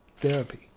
Therapy